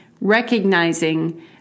recognizing